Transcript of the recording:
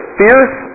fierce